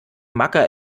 macker